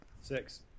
Six